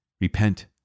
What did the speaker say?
Repent